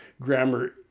grammar